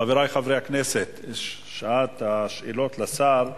חברי חברי הכנסת, שעת השאלות לשר.